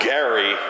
Gary